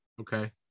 Okay